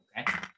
Okay